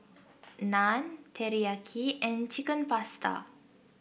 Naan Teriyaki and Chicken Pasta